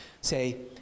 say